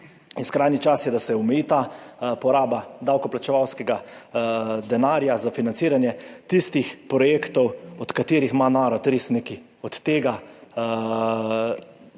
in skrajni čas je, da se omeji ta poraba davkoplačevalskega denarja za financiranje tistih projektov, od katerih ima narod res nekaj, da